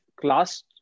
class